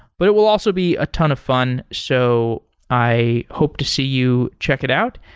but it will also be a ton of fun. so i hope to see you check it out.